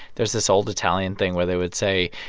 there's this old italian thing where they would say,